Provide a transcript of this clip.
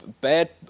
bad